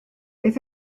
beth